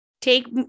take